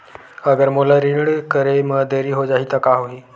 अगर मोला ऋण करे म देरी हो जाहि त का होही?